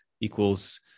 equals